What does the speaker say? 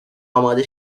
اماده